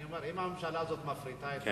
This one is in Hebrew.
אני אומר שאם הממשלה הזאת מפריטה את